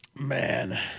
Man